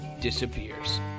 disappears